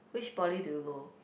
which Poly do you go